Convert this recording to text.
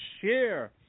share